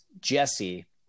jesse